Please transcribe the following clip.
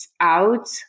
out